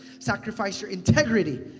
sacrifice your integrity,